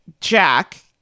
Jack